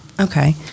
Okay